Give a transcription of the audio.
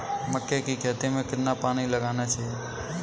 मक्के की खेती में कितना पानी लगाना चाहिए?